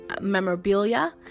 memorabilia